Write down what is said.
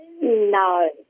No